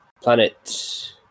Planet